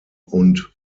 und